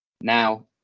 Now